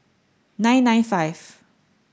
nine nine five